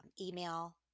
email